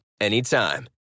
anytime